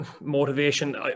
motivation